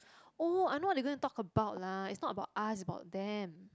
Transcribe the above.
oh I know what they gonna talk about lah is not about us is about them